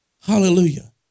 Hallelujah